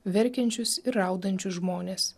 verkiančius ir raudančius žmones